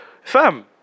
Fam